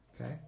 Okay